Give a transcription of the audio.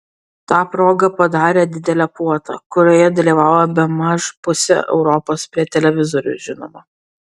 ta proga padarė didelę puotą kurioje dalyvavo bemaž pusė europos prie televizorių žinoma